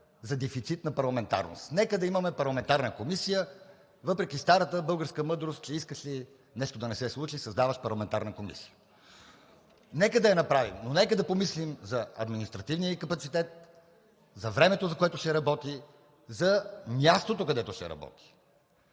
за дефицит на парламентарност. Нека да имаме парламентарна комисия, въпреки старата българска мъдрост, че искаш ли нещо да не се случи, създаваш парламентарна комисия. Нека да я направим, но нека да помислим за административния ѝ капацитет, за времето, за което ще работи, за мястото, където ще работи.